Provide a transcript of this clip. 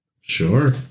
Sure